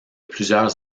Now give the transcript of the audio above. plusieurs